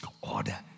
order